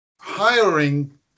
hiring